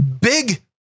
big